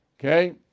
Okay